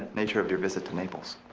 nature of your visit to naples?